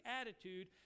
attitude